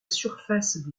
surface